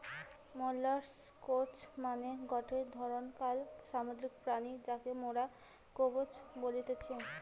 molluscs মানে গটে ধরণকার সামুদ্রিক প্রাণী যাকে মোরা কম্বোজ বলতেছি